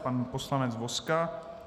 Pan poslanec Vozka?